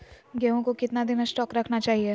गेंहू को कितना दिन स्टोक रखना चाइए?